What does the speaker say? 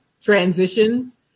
transitions